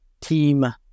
team